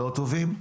לא טובים.